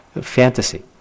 fantasy